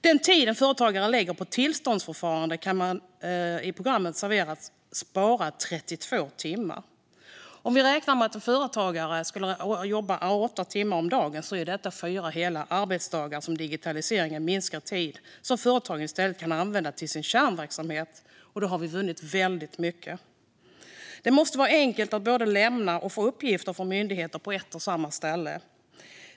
Den tid som företagare lägger på tillståndsförfarande kan med programmet Serverat minskas med 32 timmar. Om vi räknar med att en företagare jobbar åtta timmar om dagen minskar digitaliseringen arbetstiden med fyra hela arbetsdagar. Den tiden skulle företagaren i stället kunna använda till sin kärnverksamhet, och då har väldigt mycket vunnits. Det måste vara enkelt att både lämna och få uppgifter från myndigheter på ett och samma ställe.